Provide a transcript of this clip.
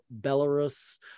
Belarus